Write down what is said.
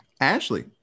ashley